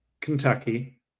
Kentucky